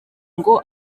ngo